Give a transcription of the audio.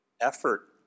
effort